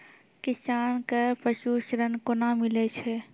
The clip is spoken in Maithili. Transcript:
किसान कऽ पसु ऋण कोना मिलै छै?